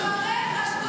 אני אגיד לך,